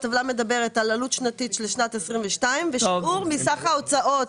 הטבלה מדברת על עלות שנתית של שנת 2022 ושיעור מסך ההוצאות.